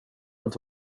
inte